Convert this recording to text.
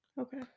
Okay